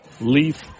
Leaf